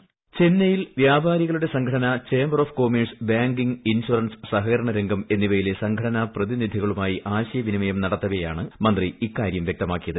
voice ചെന്നൈയിൽ വ്യാപാരികളുടെ സംഘടന chamber of commerce banking insurance സഹകരണ രംഗം എന്നിവയിലെ സംഘടനാ പ്രതിനിധികളുമായി ആശയവിനിമയം നടത്തവെയാണ് മന്ത്രി ഇക്കാര്യം വ്യക്തമാക്കിയത്